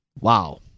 wow